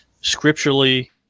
scripturally